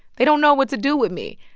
they don't know what to do with me.